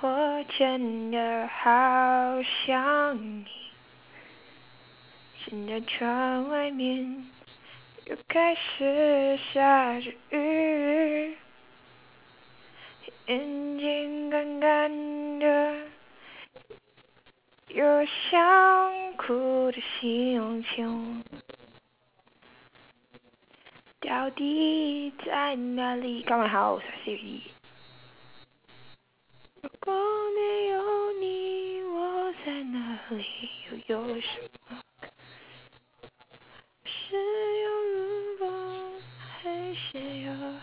我真的好想你现在窗外面又开始下着雨眼睛乾乾的有想哭的心情到底在哪里 go my house I say already 如果没有你我在哪里又有什么可是有如果还是要: ru guo mei you ni wo zai na li you you shen me ke shi you ru guo hai shi yao